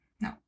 No